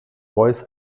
voice